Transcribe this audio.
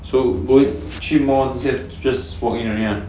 so go in 去 mall 这些 just walk in only lah